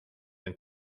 and